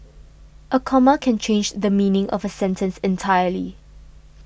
a comma can change the meaning of sentence entirely